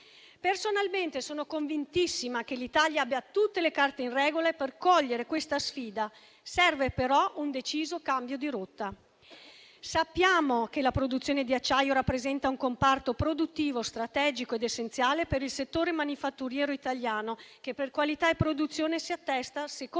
Personalmente sono convintissima che l'Italia abbia tutte le carte in regola per cogliere questa sfida; serve però un deciso cambio di rotta. Sappiamo che la produzione di acciaio rappresenta un comparto produttivo strategico ed essenziale per il settore manifatturiero italiano, che, per qualità e produzione, si attesta alla seconda